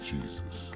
Jesus